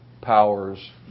powers